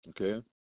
okay